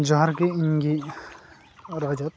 ᱡᱚᱦᱟᱨ ᱜᱮ ᱤᱧ ᱜᱤ ᱨᱟᱡᱟᱛ